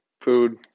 food